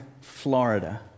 Florida